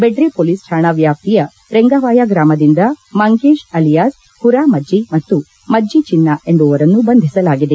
Bedre police ಠಾಣಾ ವ್ಯಾಪ್ತಿಯ ರೆಂಗವಾಯ ಗ್ರಾಮದಿಂದ ಮಂಗೇಶ್ ಅಲಿಯಾಸ್ ಹುರಾ ಮಜ್ಜಿ ಮತ್ತು ಮಜ್ಜಿ ಚಿನ್ನ ಎಂಬುವರನ್ನು ಬಂಧಿಸಲಾಗಿದೆ